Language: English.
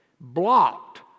blocked